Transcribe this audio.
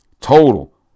total